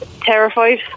Terrified